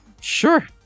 Sure